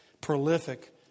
prolific